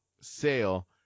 sale